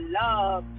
love